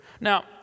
Now